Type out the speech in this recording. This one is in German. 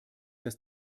dass